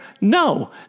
No